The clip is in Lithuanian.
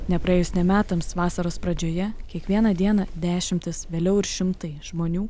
nepraėjus nė metams vasaros pradžioje kiekvieną dieną dešimtys vėliau ir šimtai žmonių